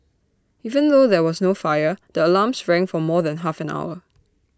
even though there was no fire the alarms rang for more than half an hour